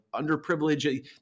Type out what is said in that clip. underprivileged